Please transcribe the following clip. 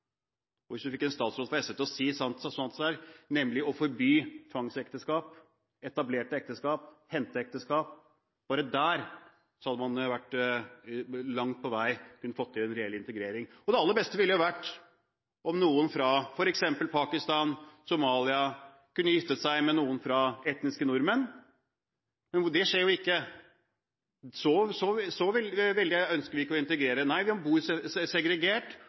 annet. Hvis man fikk en statsråd fra SV til å si at man vil forby tvangsekteskap, etablerte ekteskap, henteekteskap, kunne man langt på vei fått til mye når det gjelder integrering. Det aller beste ville jo vært om noen fra f.eks. Pakistan eller Somalia kunne giftet seg med noen etniske nordmenn. Men det skjer jo ikke. Så mye ønsker de ikke å integrere. Nei, de bor segregert,